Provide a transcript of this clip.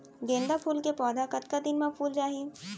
गेंदा फूल के पौधा कतका दिन मा फुल जाही?